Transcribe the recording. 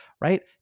right